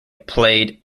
played